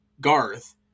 Garth